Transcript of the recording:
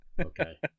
Okay